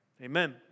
Amen